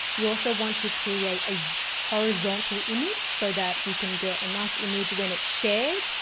you also want to create a horizontal image so that we can get a nice image when it's shared.